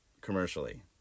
commercially